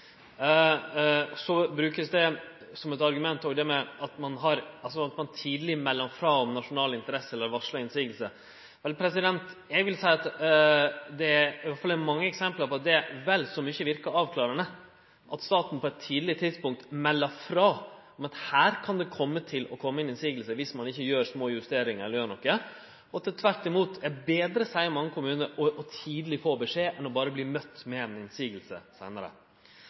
som eit argument det at ein tidleg melder frå om nasjonale interesser eller varslar om motsegn. Eg vil seie at det i alle fall er mange eksempel på at det verkar vel så mykje avklarande at staten på eit tidleg tidspunkt melder frå om at her kan det kome ei motsegn viss ein ikkje gjer små justeringar, gjer noko. Det er tvert imot betre, seier mange kommunar, å få beskjed tidleg enn berre å verte møtt med ei motsegn seinare.